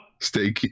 Stay